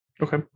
Okay